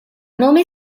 nome